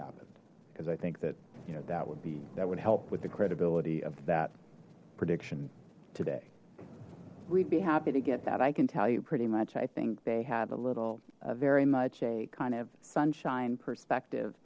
happened because i think that you know that would be that would help with the credibility of that prediction today we'd be happy to get that i can tell you pretty much i think they had a little very much a kind of sunshine perspective